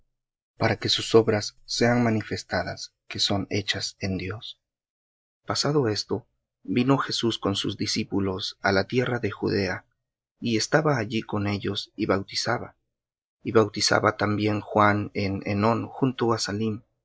que sus obras sean manifestadas que son hechas en dios pasado esto vino jesús con sus discípulos á la tierra de judea y estaba allí con ellos y bautizaba y bautizaba también juan en enón junto á salim